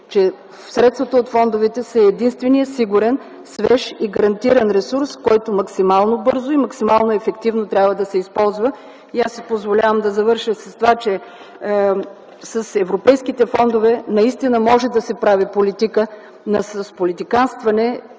че средствата от фондовете са единственият сигурен, свеж и гарантиран ресурс, който максимално бързо и максимално ефективно трябва да се използва. Позволявам си да завърша с това, че с европейските фондове наистина може да се прави политика, но с политиканстване